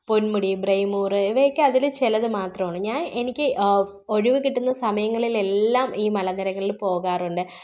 പൊന്മുടി ബ്രൈമൂറ് ഇവയൊക്കെ അതിൽ ചിലത് മത്രമാണ് ഞാന് എനിക്ക് ഒഴിവ് കിട്ടുന്ന സമയങ്ങളില്ലെല്ലാം ഈ മലനിരകളിൽ പോകാറുണ്ട്